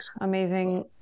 Amazing